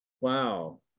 Wow